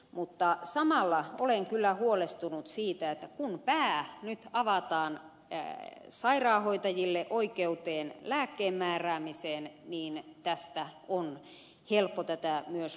mutta samalla olen kyllä huolestunut siitä että kun pää nyt avataan sairaanhoitajille oikeuteen lääkkeen määräämiseen niin tästä on helppo tätä myös laventaa